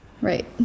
Right